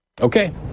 Okay